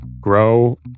grow